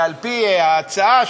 על-פי ההצעה,